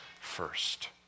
first